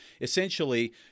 essentially